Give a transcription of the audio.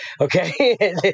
okay